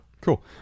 cool